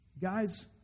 Guys